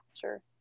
sure